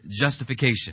justification